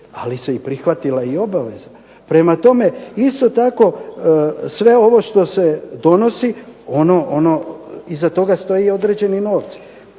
ali se prihvatila i obveza. Prema tome, isto tako sve ovo što se donosi iza toga stoje određeni novci.